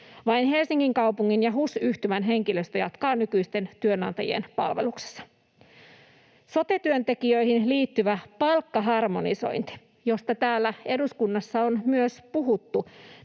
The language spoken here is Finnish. Vain Helsingin kaupungin ja HUS-yhtymän henkilöstö jatkaa nykyisten työnantajien palveluksessa. Sote-työntekijöihin liittyvä palkkaharmonisointi, josta täällä eduskunnassa on myös puhuttu,